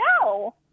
No